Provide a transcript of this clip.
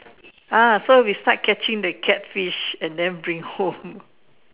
ah so we start catching the catfish and then bring home